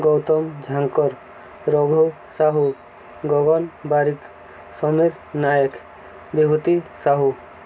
Gautam Jhankar Raghu Sahu Gagan Barik Samir Nayak Bibhuti Sahu